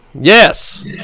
Yes